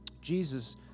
Jesus